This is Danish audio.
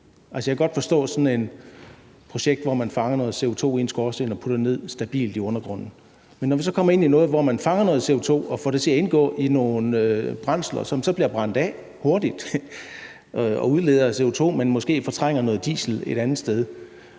jeg kan godt forstå sådan et projekt, hvor man fanger noget CO2 i en skorsten og putter det ned stabilt i undergrunden. Men så kan vi komme ind i noget, hvor man fanger noget CO2 og får det til at indgå i nogle brændsler, som så bliver brændt af hurtigt og udleder CO2, men måske fortrænger noget diesel et andet sted.